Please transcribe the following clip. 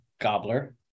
Gobbler